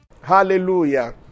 Hallelujah